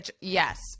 Yes